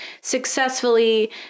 successfully